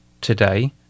today